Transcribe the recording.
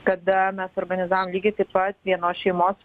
kada mes organizavom lygiai taip pat vienos šeimos